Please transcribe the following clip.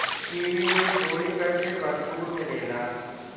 kiwi में folic acid भरपूर मिलेला